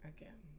Again